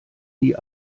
die